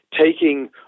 taking